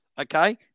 okay